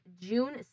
June